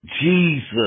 Jesus